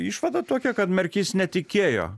išvada tokia kad merkys netikėjo